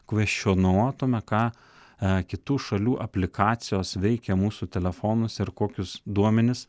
kveštionuotumėme ką kitų šalių aplikacijos veikia mūsų telefonuose ir kokius duomenis